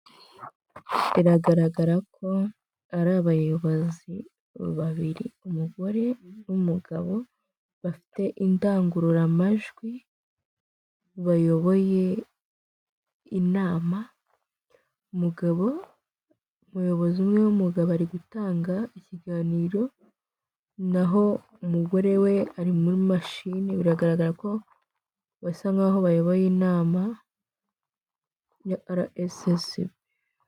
Biragaragara ko ari abayobozi babiri umugore n'umugabo bafite indangururamajwi ,bayoboye inama umuyobozi umwe w'umugabo ari gutanga ikiganiro naho umugore we ari muri mashini biragaragara ko basa nkaho bayoboye inama ya arasesibi ( RSSB).